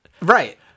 Right